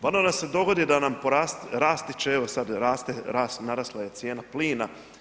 Pa onda nam se dogodi da nam, rasti će evo sad, narasla je cijena plina.